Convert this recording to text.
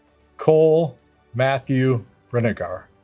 kole matthew brinegar